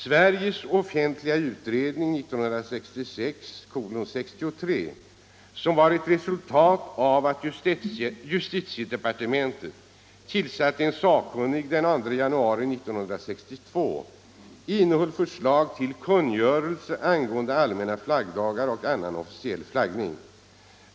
SOU 1966:63, som var ett resultat av att justitiedepartementet tillsatte en sakkunnig den 2 februari 1962, innehöll förslag till kungörelse angående allmänna flaggdagar och annan officiell flaggning.